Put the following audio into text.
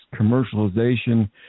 commercialization